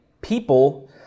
people